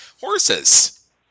horses